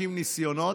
50 ניסיונות.